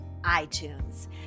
iTunes